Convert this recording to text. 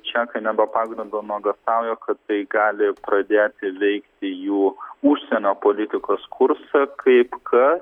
čekai ne be pagrindo nuogąstauja kad tai gali pradėti veikti jų užsienio politikos kursą kaip kad